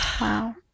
wow